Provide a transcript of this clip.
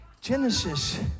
Genesis